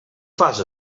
fas